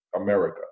America